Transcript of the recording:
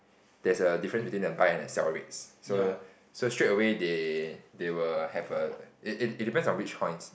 there's a difference between the buy and the sell rates so so straight away they they will have a it it it depends on which coins